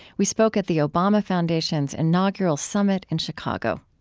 we spoke at the obama foundation's inaugural summit in chicago